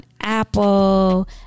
Apple